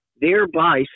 thereby